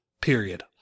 period